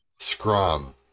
scrum